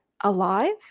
alive